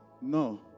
No